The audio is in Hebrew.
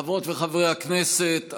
חברות וחברי הכנסת,